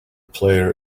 player